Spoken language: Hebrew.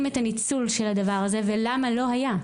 את הניצול של הדבר הזה ולמה לא היה?